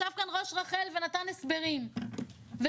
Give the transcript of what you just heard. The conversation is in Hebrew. ישב כאן ראש רח"ל ונתן הסברים והשורה